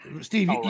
Steve